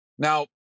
Now